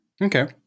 Okay